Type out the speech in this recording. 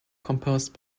composed